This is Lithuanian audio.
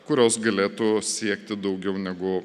kurios galėtų siekti daugiau negu